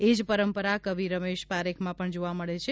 એ જ પરંપરા કવિ રમેશ પારેખમાં પણ જોવા મળે છે